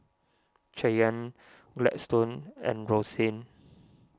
Cheyanne Gladstone and Roxane